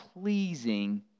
pleasing